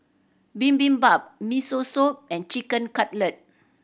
Bibimbap Miso Soup and Chicken Cutlet